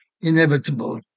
inevitable